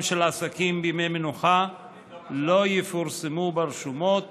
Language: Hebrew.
של עסקים בימי מנוחה לא יפורסמו ברשומות